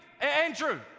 Andrew